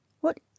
What